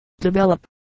develop